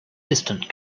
distant